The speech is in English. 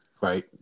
Right